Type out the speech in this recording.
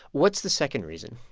what's the second reason?